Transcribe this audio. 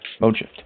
ModeShift